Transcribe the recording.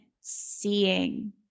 seeing